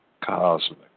Cosmic